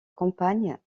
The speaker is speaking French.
campagne